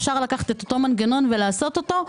אפשר לקחת את אותו מנגנון ולעשות אותו.